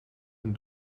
een